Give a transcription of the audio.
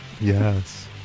Yes